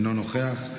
אינו נוכח,